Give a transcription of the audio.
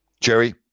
Jerry